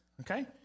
okay